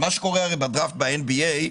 מה שקורה הרי בדראפט ב-NBA,